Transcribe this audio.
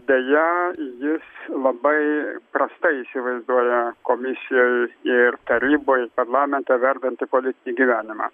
deja jis labai prastai įsivaizduoja komisijoj ir taryboj parlamentą verdantį politinį gyvenimą